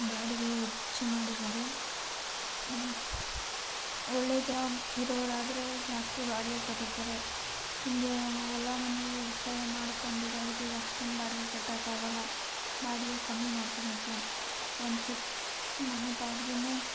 ಬಾಡಿಗೆ ಹೆಚ್ಚು ಮಾಡಿದ್ದಾರೆ ಒಳ್ಳೆಯ ಜಾಬ್ ಇರೋವ್ರಾದರೆ ಜಾಸ್ತಿ ಬಾಡಿಗೆ ಕಟ್ಟುತ್ತಾರೆ ಹೀಗೆ ಹೊಲ ಮನೆ ವ್ಯವಸಾಯ ಮಾಡ್ಕೊಂಡಿರೋರ್ಗೆ ಇದು ಅಷ್ಟೊಂದು ಬಾಡಿಗೆ ಕಟ್ಟೋಕ್ಕಾಗಲ್ಲ ಬಾಡಿಗೆ ಕಮ್ಮಿ ಮಾಡ್ಕೋಬೇಕು ಒಂದು ಚಿಕ್ಕ ಮನೆ ಬಾಡಿಗೆನೇ